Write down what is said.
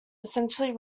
essentially